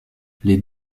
les